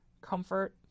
comfort